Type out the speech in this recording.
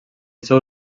seu